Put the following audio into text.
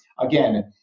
again